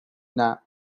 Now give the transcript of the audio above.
nap